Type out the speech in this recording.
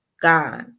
god